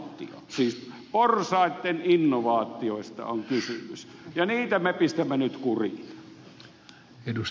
siis porsaitten innovaatioista on kysymys ja niitä me pistämme nyt kuriin